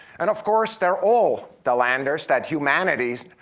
and of course, they're all the landers that humanities,